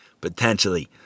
potentially